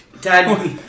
Dad